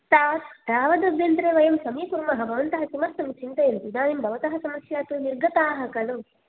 ता तावदभ्यन्तरे वयं समीकुर्मः भवन्तः किमर्थं चिन्तयन्ति इदानीं भवतः समस्या तु निर्गताः खलु